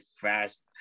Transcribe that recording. fast